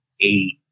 eight